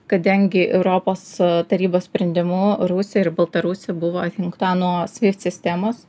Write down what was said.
kadangi europos tarybos sprendimu rusija ir baltarusija buvo atjungta nuo swift sistemos